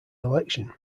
election